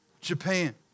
Japan